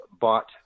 bought